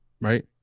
right